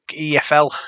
EFL